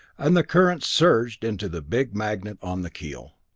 and the current surged into the big magnet on the keel.